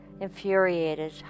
Infuriated